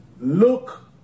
Look